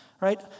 right